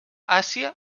àsia